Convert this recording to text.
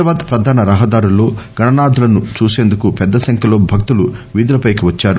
హైదరాబాద్ ప్రధాన రహదారుల్లో గణనాథులను చూసేందుకు పెద్దసంఖ్యలో భక్తులు వీధులపైకి వచ్చారు